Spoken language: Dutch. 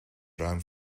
ruim